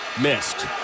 missed